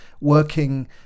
working